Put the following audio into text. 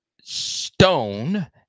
Stone